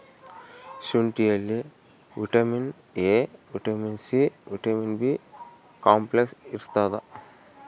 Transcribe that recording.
ಶುಂಠಿಯಲ್ಲಿ vitamin A vitamin C vitamin B complex ಇರ್ತಾದ